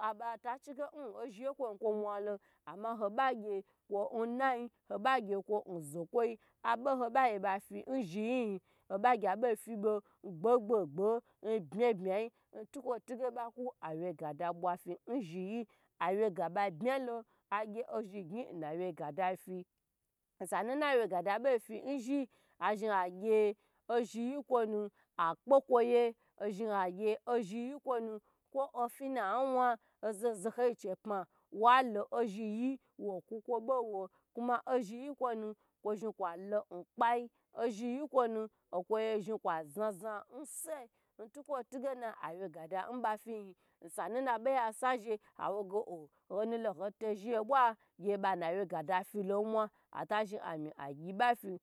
abata chige ozhiga kwo yi gye kwo mwalon ama oba gye kwo nayi oba gye kwo zokwo abo ho ba gye ba fi n zhiyi yin hiba gyi bo fibo gbo gbo gvo nbmi bmi yi nukwo tige ba kwa awega gada bwa fi n zhi yi awyga ba bma lo agye ozhi gyn nnawye ga da fi osanu naciye ga da bofi nzhi agye ozhi yi kwo nu akpe kwo ye ozhi agye ozhi yi kwon kwo finu na wan ozo zo yi che wa lo ozhi wo kwu kwo bo wo ozhiyi kwo nu kwo zhi kwa lo kpai ozhi yi kwonu okwo ye zhi kwa zaza nsu ntukwo tugen awye ga da nba fiyi san nabe ya sa zhi ye age age ho o oho mu ye ha to zhi ye bwa gye bana wye ga da filo nmwa at zhi ami agyi bafi